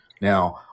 Now